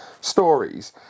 stories